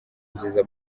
nziza